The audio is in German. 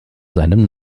seinem